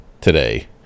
today